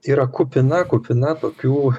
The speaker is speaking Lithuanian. yra kupina kupina tokių